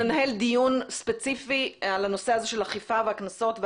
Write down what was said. אז אנחנו ננהל דיון ספציפי על הנושא הזה של אכיפה והקנסות.